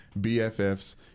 BFFs